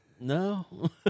No